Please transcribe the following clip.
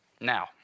Now